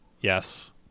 yes